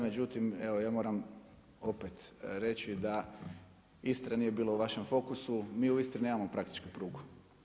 Međutim, evo ja moram opet reći da Istre nije bilo u vašem fokusu, mi uistinu nemamo praktički prugu.